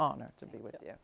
honored to be with you